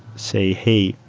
say, hey,